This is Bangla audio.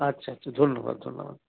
আচ্ছা আচ্ছা ধন্যবাদ ধন্যবাদ